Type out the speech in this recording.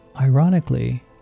Ironically